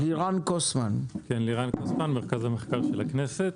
אני ממרכז המחקר של הכנסת.